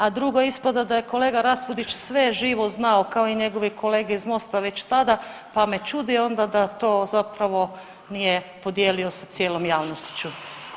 A drugo, ispada da je kolega Raspudić sve živo znao, kao i njegovi kolege iz MOST-a već tada, pa me čudi onda da to zapravo nije podijelio sa cijelom javnošću.